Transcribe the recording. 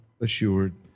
assured